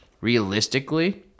realistically